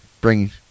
bring